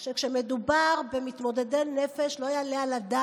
שכשמדובר במתמודדי נפש לא יעלה על הדעת